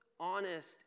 ...honest